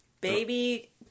Baby